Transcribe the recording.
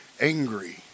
angry